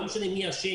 לא משנה מי אשם